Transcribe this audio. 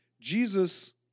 Jesus